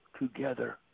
together